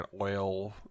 oil